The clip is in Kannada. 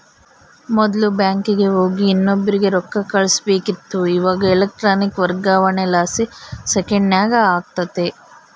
ಮೊದ್ಲು ಬ್ಯಾಂಕಿಗೆ ಹೋಗಿ ಇನ್ನೊಬ್ರಿಗೆ ರೊಕ್ಕ ಕಳುಸ್ಬೇಕಿತ್ತು, ಇವಾಗ ಎಲೆಕ್ಟ್ರಾನಿಕ್ ವರ್ಗಾವಣೆಲಾಸಿ ಸೆಕೆಂಡ್ನಾಗ ಆಗ್ತತೆ